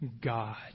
God